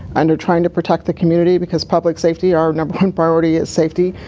under trying to protect the community because public safety are number one priority is safety.